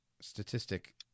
statistic